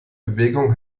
bewegung